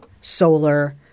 solar